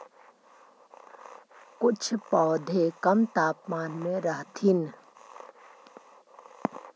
कुछ पौधे कम तापमान में रहथिन